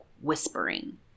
whispering